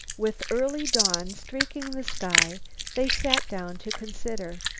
with early dawn streaking the sky they sat down to consider.